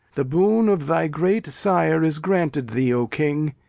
the boon of thy great sire is granted thee, o king,